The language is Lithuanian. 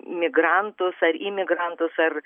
migrantus ar imigrantus ar